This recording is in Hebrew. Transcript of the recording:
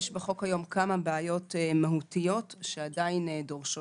יש בחוק היום כמה בעיות מהותיות שעדיין דורשות